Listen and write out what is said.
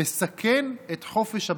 מסכן את חופש הביטוי".